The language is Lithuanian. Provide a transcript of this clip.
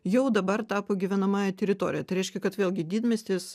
jau dabar tapo gyvenamąja teritorija tai reiškia kad vėlgi didmiestis